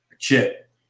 chip